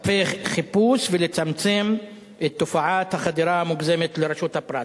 צווי חיפוש ולצמצם את תופעת החדירה המוגזמת לרשות הפרט.